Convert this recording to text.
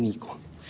Nitko.